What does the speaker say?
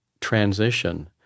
transition